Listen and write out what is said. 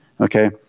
okay